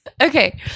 okay